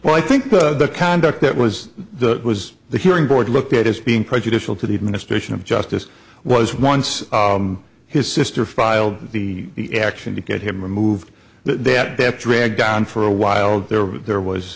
well i think the conduct that was the was the hearing board looked at as being prejudicial to the administration of justice was once his sister filed the action to get him removed they had that drag down for a while there but there was